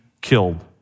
killed